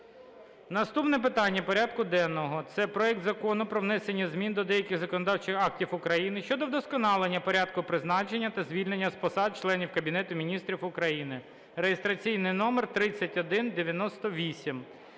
Наступне питання порядку денного – це проект Закону про внесення змін до деяких законодавчих актів України щодо вдосконалення порядку призначення та звільнення з посад членів Кабінету Міністрів України (реєстраційний номер 3198).